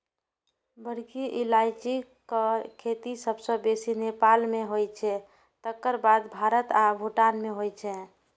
बड़की इलायचीक खेती सबसं बेसी नेपाल मे होइ छै, तकर बाद भारत आ भूटान मे होइ छै